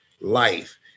life